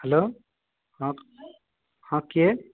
hello ହଁ ହଁ କିଏ